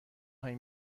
هایی